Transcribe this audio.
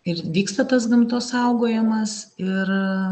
ir vyksta tas gamtos saugojimas ir